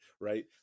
right